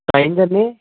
आइंदा केह्